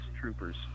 troopers